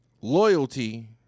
loyalty